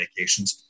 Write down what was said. medications